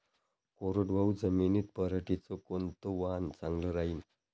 कोरडवाहू जमीनीत पऱ्हाटीचं कोनतं वान चांगलं रायीन?